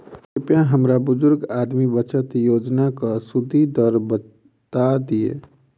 कृपया हमरा बुजुर्ग आदमी बचत योजनाक सुदि दर बता दियऽ